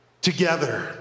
together